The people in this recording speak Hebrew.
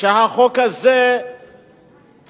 שהחוק הזה בוטל,